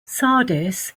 sardis